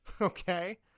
Okay